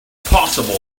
possible